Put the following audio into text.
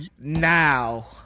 now